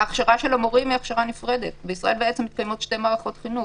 ההכשרה של המורים היא נפרדת בישראל מתקיימות שתי מערכות חינוך.